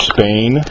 Spain